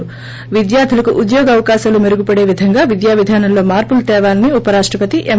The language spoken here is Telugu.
ి విద్యార్ధులకు ఉద్యోగావకాశాలు మెరుగుపడే విధంగా విద్యావిధానంలో మార్పులు తేవాలని ఉప రాష్టపతి ఎం